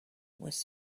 was